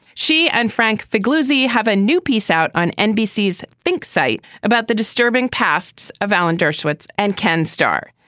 she and frank figure lucy have a new piece out on nbc is think site about the disturbing pasts of alan dershowitz and ken starr.